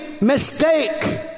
mistake